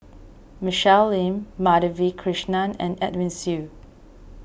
Michelle Lim Madhavi Krishnan and Edwin Siew